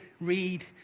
read